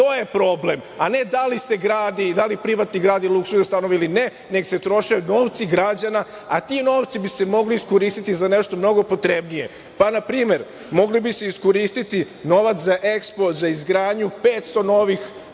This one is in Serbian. To je problem, a ne da li se gradi i da li privatnik gradi luksuzne stanove ili ne, nek se troše novci građana, a ti novci bi se mogli iskoristiti za nešto mnogo potrebnije. Na primer, mogao bi se iskoristiti novac za EXPO za izgradnju 500 novih